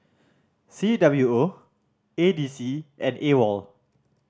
C W O A D C and AWOL